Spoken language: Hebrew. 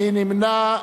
מי נמנע?